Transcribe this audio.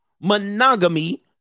monogamy